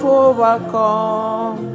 overcome